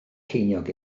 ceiniog